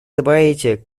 добавить